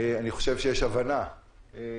אני חושב שיש הבנה והכרה,